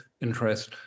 interest